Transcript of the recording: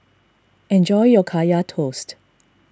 enjoy your Kaya Toast